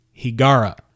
Higara